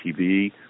TV